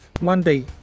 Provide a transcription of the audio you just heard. Monday